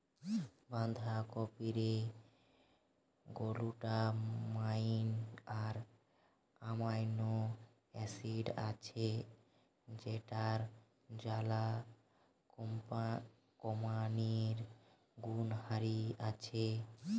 বাঁধাকপিরে glutamine আর amino acid আছে যৌটার জ্বালা কমানিয়ার গুণহারি আছে